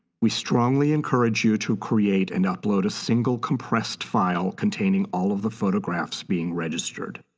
we strongly encourage you to create and upload a single compressed file containing all of the photographs being registered.